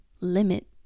limit